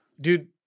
Dude